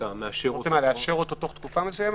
ואתה מאשר אותו --- אתם רוצים לאשר אותו תוך תקופה מסוימת?